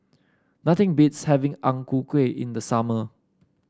nothing beats having Ang Ku Kueh in the summer